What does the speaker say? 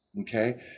Okay